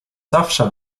zawsze